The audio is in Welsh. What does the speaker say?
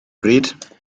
bryd